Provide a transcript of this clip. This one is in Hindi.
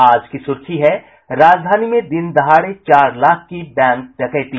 आज की सुर्खी है राजधानी में दिन दहाड़े चार लाख की बैंक डकैती